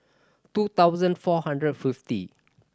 two thousand four hundred fifty